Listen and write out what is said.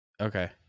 Okay